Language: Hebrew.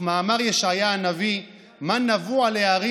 וכמאמר ישעיהו הנביא: "מה נאוו על ההרים